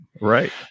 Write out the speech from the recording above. Right